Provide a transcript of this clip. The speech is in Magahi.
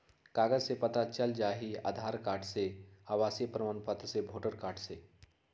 कागज से पता चल जाहई, आधार कार्ड से, आवासीय प्रमाण पत्र से, वोटर कार्ड से?